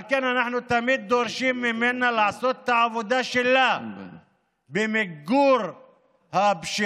על כן אנחנו תמיד דורשים ממנה לעשות את העבודה שלה במיגור הפשיעה,